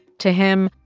to him,